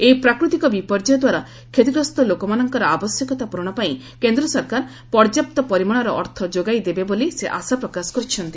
ଏହି ପ୍ରାକୃତିକ ବିପର୍ଯ୍ୟୟଦ୍ୱାରା କ୍ଷତିଗ୍ରସ୍ତ ଲୋକମାନଙ୍କର ଆବଶ୍ୟକତା ପୂରଣ ପାଇଁ କେନ୍ଦ୍ର ସରକାର ପର୍ଯ୍ୟାପ୍ତ ପରିମାଣର ଅର୍ଥ ଯୋଗାଇ ଦେବେ ବୋଲି ସେ ଆଶା ପ୍ରକାଶ କରିଛନ୍ତି